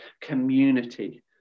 community